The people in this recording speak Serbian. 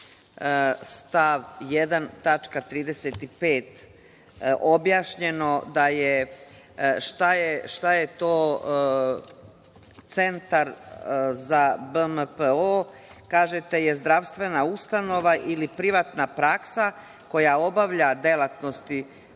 tačka 35 objašnjeno šta je to Centar za BMPO. Kaže to je zdravstvena ustanova ili privatna praksa koja obavlja delatnosti